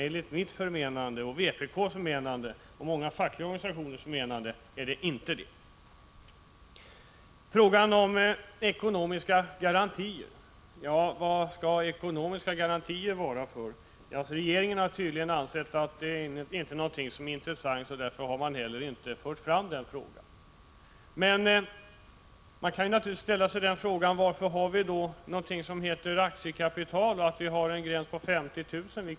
Enligt mitt och övriga vpk-ares förmenande — även många fackliga organisationer gör samma bedömning — är det inte orimligt att anse det. Sedan till frågan om ekonomiska garantier. Vad skall sådana vara till för? Regeringen har tydligen ansett att denna fråga inte är intressant. Därför har man heller inte tagit upp den. Naturligtvis kan man fråga: Varför har vi då någonting som kallas aktiekapital och varför drar man en gräns vid 50 000 kr.